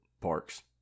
parks